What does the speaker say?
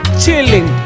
chilling